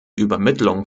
übermittlung